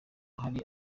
hari